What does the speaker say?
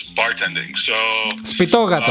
bartending